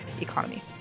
economy